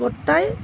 গোটেই